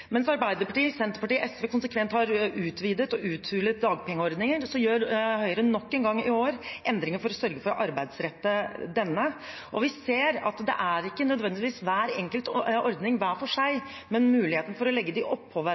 Mens Arbeiderpartiet, Senterpartiet og SV konsekvent har utvidet og uthulet dagpengeordningen, gjør Høyre i år nok en gang endringer for å sørge for å arbeidsrette denne. Vi ser at det ikke nødvendigvis er hver enkelt ordning, hver for seg, som gjør at det ikke lønner seg å jobbe, men muligheten for å legge